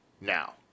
now